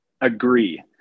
Agree